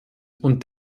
und